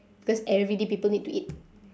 cause every day people need to eat